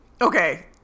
Okay